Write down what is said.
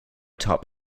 top